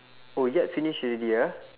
oh yat finish already ah